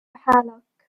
حالك